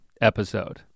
episode